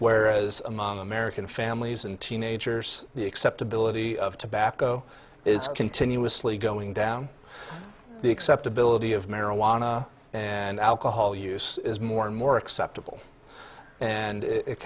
whereas among american families and teenagers the acceptability of tobacco is continuously going down the acceptability of marijuana and alcohol use is more and more acceptable and it